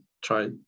try